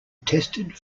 tested